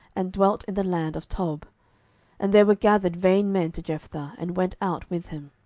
and dwelt in the land of tob and there were gathered vain men to jephthah, and went out with him.